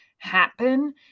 happen